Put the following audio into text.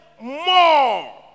more